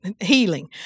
healing